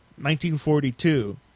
1942